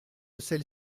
celle